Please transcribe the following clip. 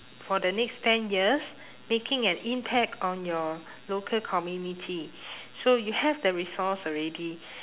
for the next ten years making an impact on your local community so you have the resource already